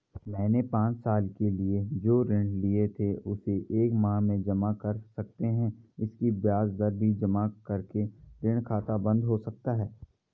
मैंने पांच साल के लिए जो ऋण लिए थे उसे एक माह में जमा कर सकते हैं इसकी ब्याज दर भी जमा करके ऋण खाता बन्द हो सकता है?